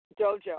Dojo